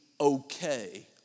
okay